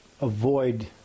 avoid